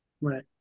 Right